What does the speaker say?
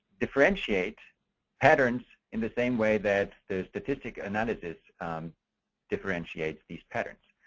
differentiate patterns in the same way that the statistic analysis differentiates these patterns.